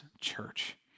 church